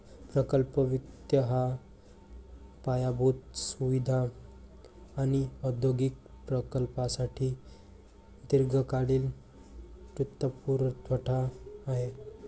प्रकल्प वित्त हा पायाभूत सुविधा आणि औद्योगिक प्रकल्पांसाठी दीर्घकालीन वित्तपुरवठा आहे